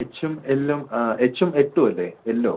എച്ചും എല്ലും എച്ചും എട്ടും അല്ലേ എല്ലോ